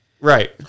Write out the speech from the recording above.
Right